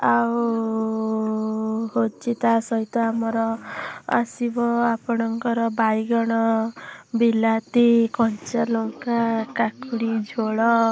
ଆଉ ହେଉଛି ତା ସହିତ ଆମର ଆସିବ ଆପଣଙ୍କର ବାଇଗଣ ବିଲାତି କଞ୍ଚା ଲଙ୍କା କାକୁଡ଼ି ଝୋଳ